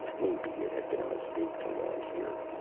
maybe it had been mistake to land here.